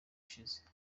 ushize